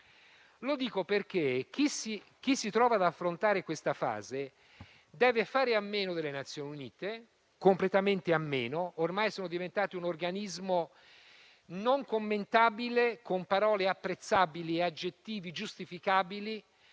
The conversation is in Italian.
Lo dico perché chi si trova ad affrontare questa fase deve fare completamente a meno delle Nazioni Unite, le quali ormai sono diventate un organismo non commentabile, con parole apprezzabili e aggettivi giustificabili